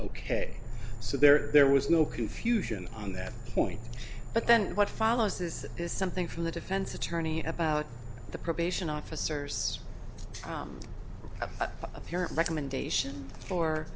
ok so there there was no confusion on that point but then what follows is this something from the defense attorney about the probation officers appearance recommendation for